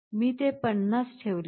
मी ते 50 ठेवले आहे